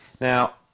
Now